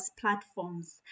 platforms